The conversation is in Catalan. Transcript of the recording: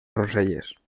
roselles